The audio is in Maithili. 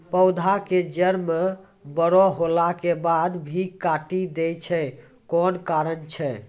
पौधा के जड़ म बड़ो होला के बाद भी काटी दै छै कोन कारण छै?